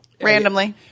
randomly